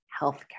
healthcare